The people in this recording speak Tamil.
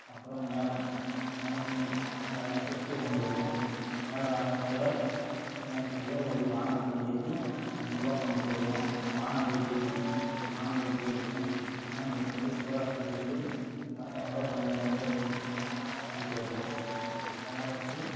அப்புறம் மேளம் மேளம் ட்ர கொட்டு கொண்டு வருவோம் மேளதாளத்தோடு விநாயகர் சிலைய ஒரு வாகனத்தில் ஏற்றி மெதுவாக கொண்டுட்டு வருவோம் வாண வேடிக்கை வாண வேடிக்கை இருக்கும் வாண வேடிக்கை வந்து சிவகாசிலேயிருந்து பத்தாயிரரூவா பதினஞ்சாயிரருவாய்க்கி கொண்டுட்டு வருவோம் அதெல்லாம் வச்சு